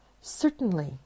Certainly